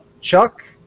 Chuck